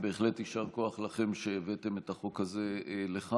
בהחלט יישר חוק לכם, שהבאתם את החוק הזה לכאן,